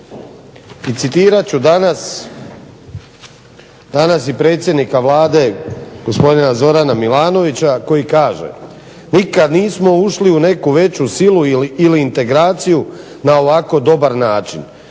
i citirat ću danas predsjednika Vlade gospodina Zorana Milanovića koji kaže "Nikad nismo ušli u neku veću silu ili integraciju na ovako dobar način.